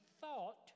thought